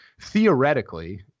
theoretically